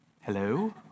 hello